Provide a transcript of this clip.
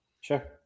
sure